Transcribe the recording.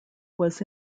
was